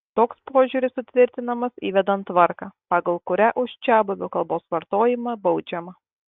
toks požiūris sutvirtinamas įvedant tvarką pagal kurią už čiabuvių kalbos vartojimą baudžiama